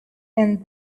and